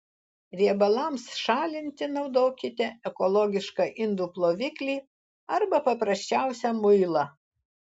riebalams šalinti naudokite ekologišką indų ploviklį arba paprasčiausią muilą